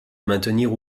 maintenir